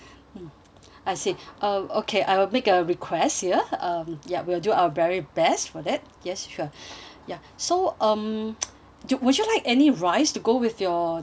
I see uh okay I will make a request here um yup we'll do our very best for it yes sure ya so um do would you like any rice to go with your dishes